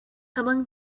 among